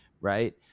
right